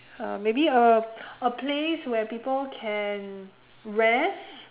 uh maybe a a place where people can rest